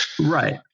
Right